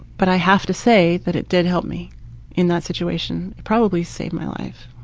but i have to say that it did help me in that situation. it probably saved my life.